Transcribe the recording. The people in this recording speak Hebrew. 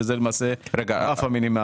וזה הרף המינימלי.